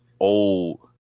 Old